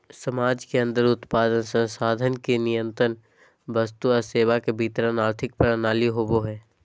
समाज के अन्दर उत्पादन, संसाधन के नियतन वस्तु और सेवा के वितरण आर्थिक प्रणाली होवो हइ